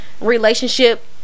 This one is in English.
relationship